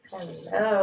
Hello